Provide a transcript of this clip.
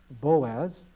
Boaz